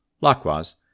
Likewise